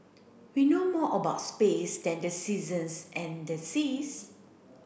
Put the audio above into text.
we know more about space than the seasons and the seas